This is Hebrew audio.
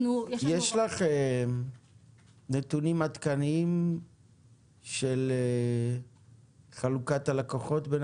יש לך נתונים עדכניים של חלוקת הלקוחות בין